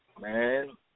man